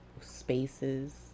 spaces